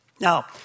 Now